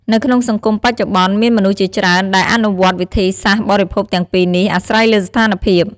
នៅក្នុងសង្គមបច្ចុប្បន្ន មានមនុស្សជាច្រើនដែលអនុវត្តវិធីសាស្ត្របរិភោគទាំងពីរនេះ អាស្រ័យលើស្ថានភាព។